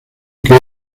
que